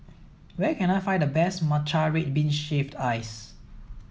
where can I find the best matcha red bean shaved ice